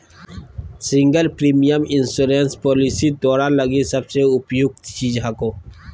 single premium insurance policy तोरा लगी सबसे उपयुक्त चीज हको